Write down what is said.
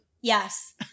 Yes